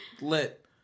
Lit